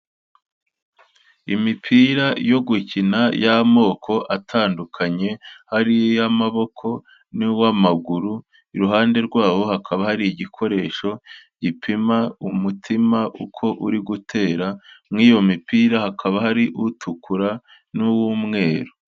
Imipira yo gukina y'amoko atandukanye, hari iy'amaboko n'uw'amaguru, iruhande rwawo hakaba hari igikoresho gipima umutima uko uri gutera, mu iyo mipira hakaba hari utukura n'uw'umweru.